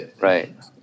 Right